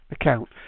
account